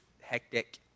hectic